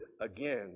again